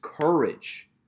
courage